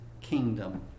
kingdom